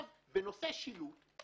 בנושא שילוט,